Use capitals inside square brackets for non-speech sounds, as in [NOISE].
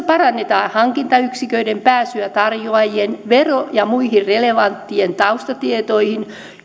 [UNINTELLIGIBLE] parannetaan hankintayksiköiden pääsyä tarjoajien verotietoihin ja muihin relevantteihin taustatietoihin